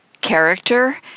character